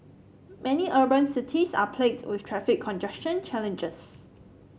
many urban cities are plagued with traffic congestion challenges